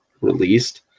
released